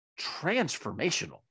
transformational